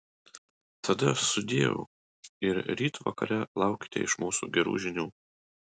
tada sudieu ir ryt vakare laukite iš mūsų gerų žinių